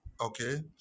okay